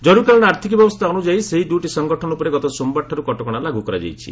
ଜରୁରୀକାଳୀନ ଆର୍ଥିକ ବ୍ୟବସ୍ଥା ଅନୁଯାୟୀ ସେହି ଦୁଇଟି ସଂଗଠନ ଉପରେ ଗତ ସୋମବାରଠାରୁ କଟକଣା ଲାଗୁ କରାଯାଇଛି